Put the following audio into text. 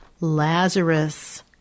Lazarus